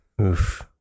Oof